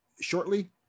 shortly